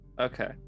Okay